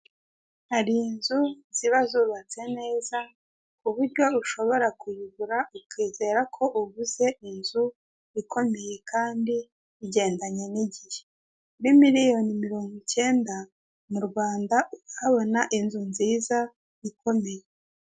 Hari inzu ziba zubatse neza ku buryo ushobora kuyigura ukizera ko uguze inzu ikomeye kandi igendanye n'igihe. Kuri miliyoni mirongo icyenda mu rwanda urahabona inzu nziza ikomeye.